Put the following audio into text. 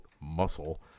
muscle